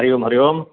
हरिः ओं हरिः ओम्